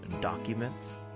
documents